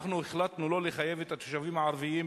אנחנו החלטנו לא לחייב את התושבים הערבים,